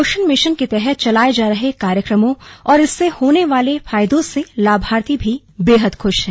पोषण मिशन के तहत चलाये जा रहे कार्यक्रमों और इससे होने वाले फायदों से लाभार्थी भी बेहद खुश हैं